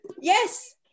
Yes